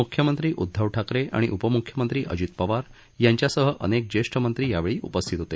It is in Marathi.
मुख्यमंत्री उद्झव ठाकरे आणि उपमुख्यमंत्री अजित पवार यांच्यासह अनेक ज्येष्ठ मंत्री यावेळी उपस्थित होते